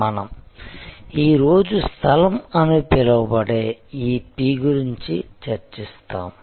మనం ఈ రోజు స్థలం అని పిలువబడే ఈ P గురించి చర్చిస్తాము